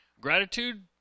Gratitude